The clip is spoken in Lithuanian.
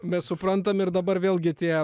mes suprantam ir dabar vėlgi tie